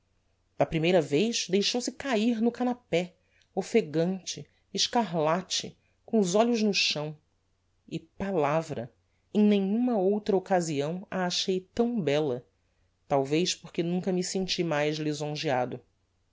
da primeira vez deixou-se cair no canapé offegante escarlate com os olhos no chão e palavra em nenhuma outra occasião a achei tão bella talvez porque nunca me senti mais lisonjeado